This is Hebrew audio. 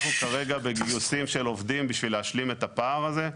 אנחנו כרגע בגיוסים של עובדים בשביל להשלים את הפער הזה.